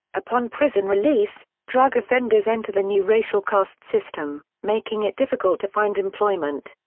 upon prison release, drug offenders enter the new racial caste system, making it difficult to find employment.